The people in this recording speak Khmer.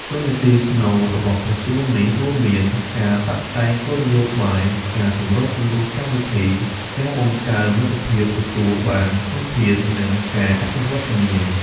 តួនាទីស្នូលរបស់ក្រសួងនេះរួមមាន ការតាក់តែងគោលនយោបាយ ការសម្របសម្រួលកម្មវិធី ការបង្កើនលទ្ធភាពទទួលបានធនធាន និងការអភិវឌ្ឍជំនាញ។